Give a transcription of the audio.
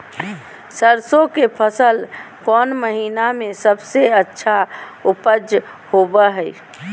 सरसों के फसल कौन महीना में सबसे अच्छा उपज होबो हय?